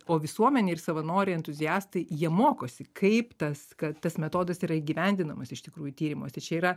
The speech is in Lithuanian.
o visuomenė ir savanoriai entuziastai jie mokosi kaip tas kad tas metodas yra įgyvendinamas iš tikrųjų tyrimuos tai čia yra